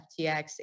FTX